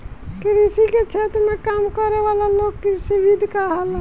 कृषि के क्षेत्र में काम करे वाला लोग कृषिविद कहाला